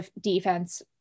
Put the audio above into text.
defense